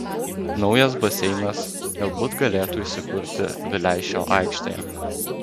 naujas baseinas galbūt galėtų įsikurti vileišio aikštėje